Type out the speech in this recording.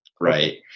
Right